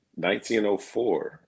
1904